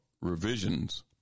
revisions